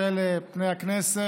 חבל שאלה פני הכנסת.